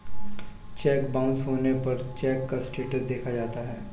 check bounce होने पर cheque का स्टेटस देखा जाता है